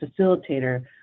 facilitator